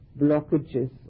blockages